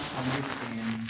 understand